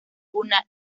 una